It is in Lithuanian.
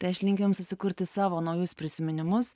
tai aš linkiu jums susikurti savo naujus prisiminimus